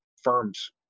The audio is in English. firms